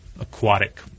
aquatic